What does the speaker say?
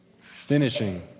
Finishing